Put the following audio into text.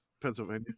Pennsylvania